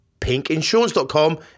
pinkinsurance.com